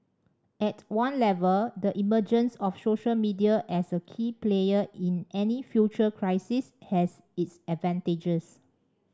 at one level the emergence of social media as a key player in any future crisis has its advantages